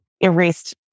erased